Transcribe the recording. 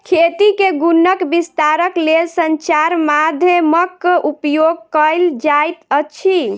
खेती के गुणक विस्तारक लेल संचार माध्यमक उपयोग कयल जाइत अछि